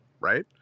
Right